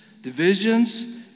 divisions